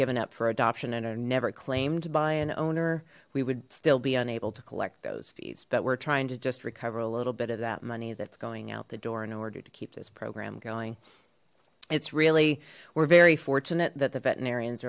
given up for adoption and are never claimed by an owner we would still be unable to collect those fees but we're trying to just recover a little bit of that money that's going out the door in order to keep this program going it's really we're very fortunate that the veterinarians